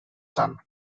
son